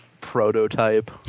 prototype